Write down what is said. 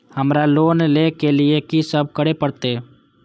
हमरा लोन ले के लिए की सब करे परते?